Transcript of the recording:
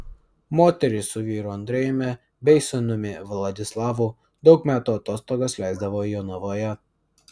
moteris su vyru andrejumi bei sūnumi vladislavu daug metų atostogas leisdavo jonavoje